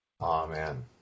Amen